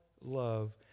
love